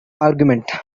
agreement